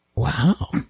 Wow